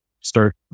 start